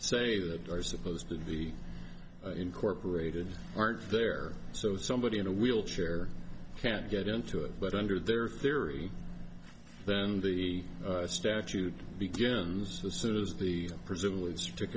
say that they are supposed to be incorporated aren't there so somebody in a wheelchair can't get into it but under their theory then the statute begins to suit as the presumably stic